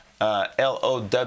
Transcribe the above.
LOW